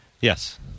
Yes